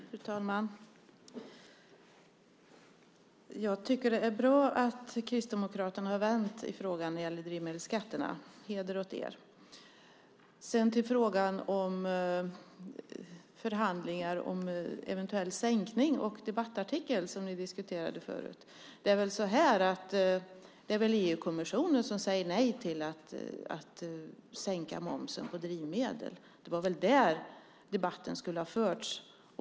Fru talman! Jag tycker att det är bra att Kristdemokraterna har vänt i frågan om drivmedelsskatterna. Heder åt er! Sedan till frågan om förhandlingar om eventuell sänkning och debattartikeln, som ni diskuterade förut. Det är väl EU-kommissionen som säger nej till att sänka momsen på drivmedel. Det var väl där debatten skulle ha förts.